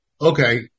Okay